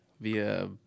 via